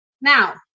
Now